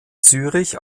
zürich